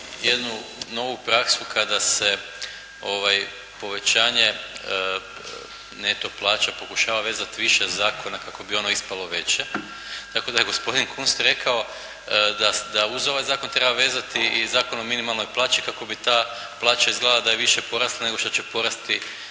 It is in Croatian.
jednu novu praksu kada se povećanje neto plaća pokušava vezati više zakona kako bi ono ispalo veće tako da je gospodin Kunst rekao da uz ovaj zakon treba vezati i Zakon o minimalnoj plaćo kako bi ta plaća izgledala da je više porasla nego što će porasti